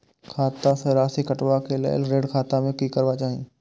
खाता स राशि कटवा कै लेल ऋण खाता में की करवा चाही?